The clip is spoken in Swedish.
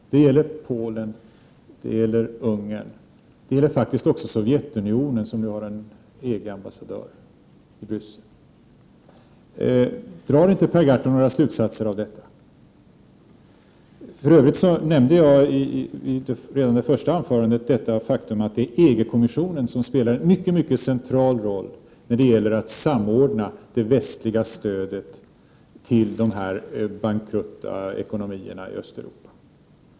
Det gäller Polen och Ungern samt faktiskt även Sovjetunionen, som har en egen ambassadör i Bryssel. Drar inte Per Gahrton några slutsatser av detta? I mitt första anförande nämnde jag för övrigt det faktum att EG-kommissionen spelar en mycket central roll när det gäller att samordna det västliga stödet till de bankrutta ekonomierna i Östeuropa.